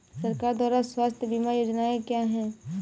सरकार द्वारा स्वास्थ्य बीमा योजनाएं क्या हैं?